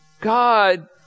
God